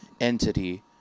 entity